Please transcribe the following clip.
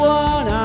one